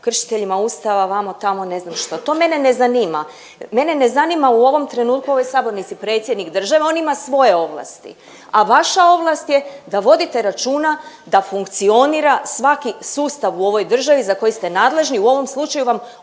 kršiteljima Ustava, vamo, tamo ne znam što. To mene ne zanima. Mene ne zanima u ovom trenutku u ovoj sabornici predsjednik države, on ima svoje ovlasti, a vaša ovlast je da vodite računa da funkcionira svaki sustav u ovoj državi za koji ste nadležni. U ovom slučaju vam obrazovanje